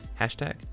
Hashtag